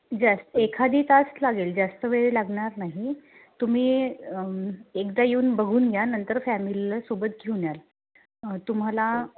जास् एखादा तास लागेल जास्त वेळ लागणार नाही तुम्ही एकदा येऊन बघून घ्या नंतर फॅमिलीला सोबत घेऊन याल तुम्हाला